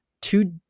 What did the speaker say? two